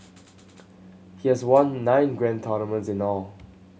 he has won nine grand tournaments in all